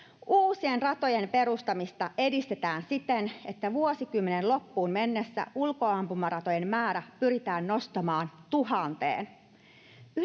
Uusien ratojen perustamista edistetään siten, että vuosikymmenen loppuun mennessä ulkoampumaratojen määrä pyritään nostamaan tuhanteen.